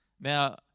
Now